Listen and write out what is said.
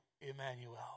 Emmanuel